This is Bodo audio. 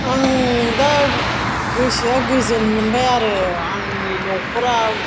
आं दा गोसोआ गोजोन मोनबाय आरो आंनि न'खराव